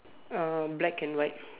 uh black and white